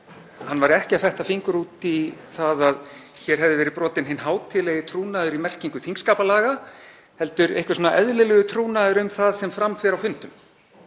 hann væri ekki að fetta fingur út í það að hér hefði verið brotinn hinn hátíðlegi trúnaður í merkingu þingskapalaga, heldur einhver eðlilegur trúnaður um það sem fram fer á fundum.